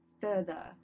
further